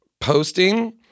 posting